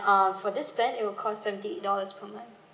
uh for this plan it will cost seventy eight dollars per month